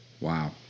Wow